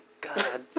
god